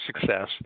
success